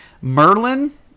Merlin